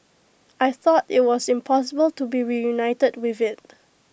I thought IT was impossible to be reunited with IT